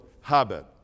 habit